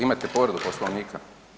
Imate povredu Poslovnika.